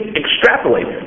extrapolate